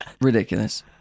Ridiculous